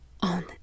on